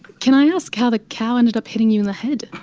can i ask how the cow ended up hitting you in the head?